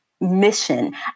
mission